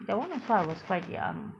that one also I was quite young